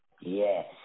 yes